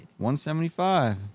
175